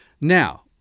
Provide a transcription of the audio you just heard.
Now